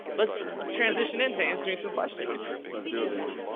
let's, let's transition into answering some questions. let's do it baby.